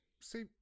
see